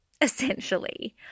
essentially